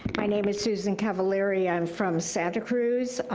my name is susan cavallari, i'm from santa cruz.